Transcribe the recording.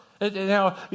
now